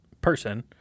person